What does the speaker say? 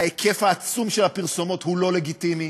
ההיקף העצום של הפרסומות הוא לא לגיטימי,